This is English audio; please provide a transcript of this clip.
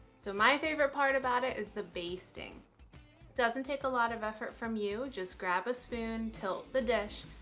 so my favorite part about it is the basting. it doesn't take a lot of effort from you. just grab a spoon, tilt the dish,